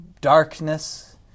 darkness